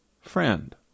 friend